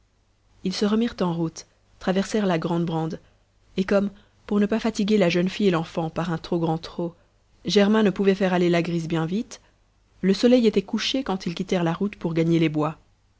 ils se remirent en route traversèrent la grande brande et comme pour ne pas fatiguer la jeune fille et l'enfant par un trop grand trot germain ne pouvait faire aller la grise bien vite le soleil était couché quand ils quittèrent la route pour gagner les bois